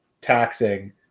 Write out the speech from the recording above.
taxing